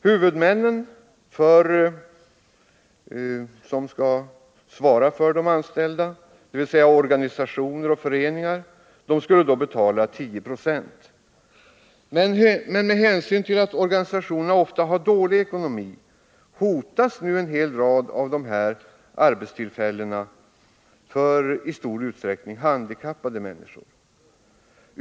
Huvudmännen, organisationer och föreningar, skulle betala 10 96. Med hänsyn till att organisationerna ofta har dålig ekonomi hotas en hel rad av dessa arbetstillfällen för i stor utsträckning handikappade.